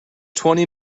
twenty